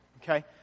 Okay